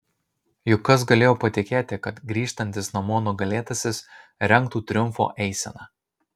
juk kas galėjo patikėti kad grįžtantis namo nugalėtasis rengtų triumfo eiseną